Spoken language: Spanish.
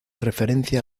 referencia